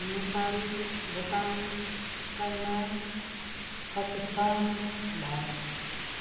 Nepal Bhotang China Pakistan Bharat